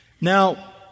Now